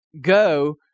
go